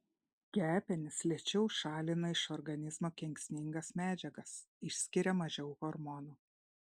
kepenys lėčiau šalina iš organizmo kenksmingas medžiagas išskiria mažiau hormonų